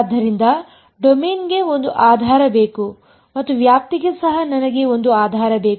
ಆದ್ದರಿಂದ ಡೊಮೇನ್ಗೆ ಒಂದು ಆಧಾರ ಬೇಕು ಮತ್ತು ವ್ಯಾಪ್ತಿಗೆ ಸಹ ನನಗೆ ಒಂದು ಆಧಾರ ಬೇಕು